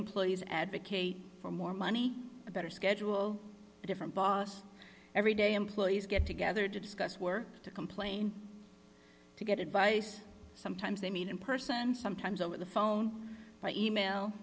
employees advocate for more money a better schedule a different boss every day employees get together to discuss where to complain to get advice sometimes they meet in person sometimes over the phone by e mail